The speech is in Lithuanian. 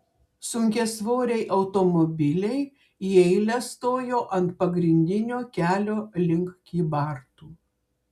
sunkiasvoriai automobiliai į eilę stojo ant pagrindinio kelio link kybartų